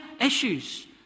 issues